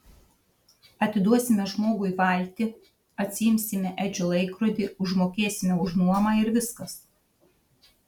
atiduosime žmogui valtį atsiimsime edžio laikrodį užmokėsime už nuomą ir viskas